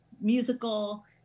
musical